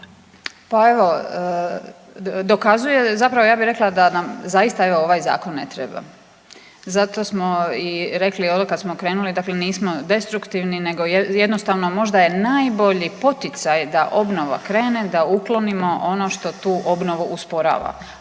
Pa evo dokazuje, zapravo ja bih rekla da zaista evo ovaj zakon ne treba. Zato smo i rekli kada smo krenuli dakle nismo destruktivni, nego jednostavno možda je najbolji poticaj da obnova krene da uklonimo ono što tu obnovu usporava,